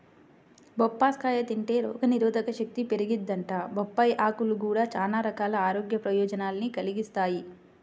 బొప్పాస్కాయ తింటే రోగనిరోధకశక్తి పెరిగిద్దంట, బొప్పాయ్ ఆకులు గూడా చానా రకాల ఆరోగ్య ప్రయోజనాల్ని కలిగిత్తయ్